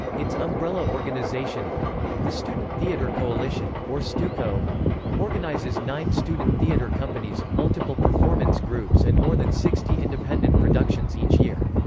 its umbrella organization the student theatre coalition, or stuco organizes nine student theater companies, multiple performance groups and more than sixty independent productions each year.